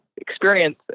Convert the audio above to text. experience